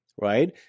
right